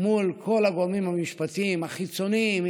מול כל הגורמים המשפטיים החיצוניים,